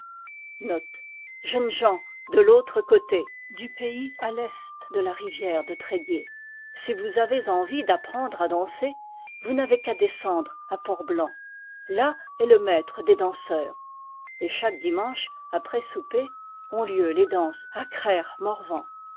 de l'autre côté du pays à l'est de la rivière de trégriier si vous avez envie d'apprendre à danser vous n'avez qu'à descendre à port blanc là est le maître des danseurs et chaque dimanche après souper ont lieu les danses à